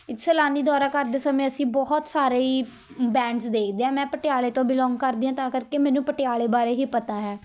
ਸੈਲਾਨੀ ਦੌਰਾ ਕਰਦੇ ਸਮੇਂ ਅਸੀਂ ਬਹੁਤ ਸਾਰੇ ਹੀ ਬੈਂਡਸ ਦੇਖਦੇ ਹਾਂ ਮੈਂ ਪਟਿਆਲੇ ਤੋਂ ਬਿਲੋਂਗ ਕਰਦੀ ਹਾਂ ਤਾਂ ਕਰਕੇ ਮੈਨੂੰ ਪਟਿਆਲੇ ਬਾਰੇ ਹੀ ਪਤਾ ਹੈ